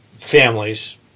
families